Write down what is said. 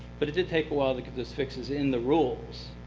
but it did take a while to get those fixes in the rules.